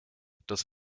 das